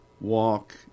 walk